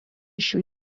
šių